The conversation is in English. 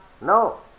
No